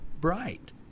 bright